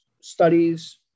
studies